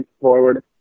forward